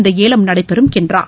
இந்த ஏலம் நடைபெறும் என்றார்